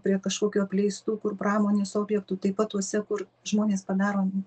prie kažkokių apleistų kur pramonės objektų taip pat tuose kur žmonės padaro